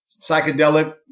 psychedelic